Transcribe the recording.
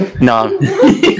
No